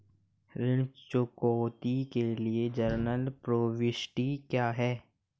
ऋण चुकौती के लिए जनरल प्रविष्टि क्या है?